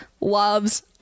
loves